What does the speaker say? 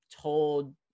told